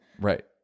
Right